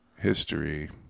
History